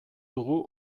dugu